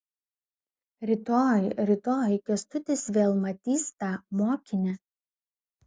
rytoj rytoj kęstutis vėl matys tą mokinę